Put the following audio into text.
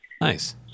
Nice